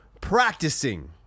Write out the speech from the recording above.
practicing